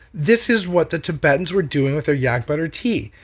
this is what the tibetans were doing with their yak butter tea.